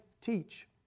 teach